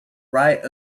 right